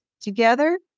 together